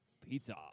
Pizza